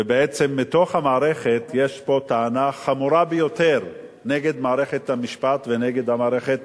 ובעצם מתוך המערכת יש פה טענה חמורה ביותר נגד מערכת המשפט ונגד מערכת